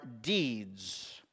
deeds